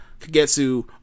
Kagetsu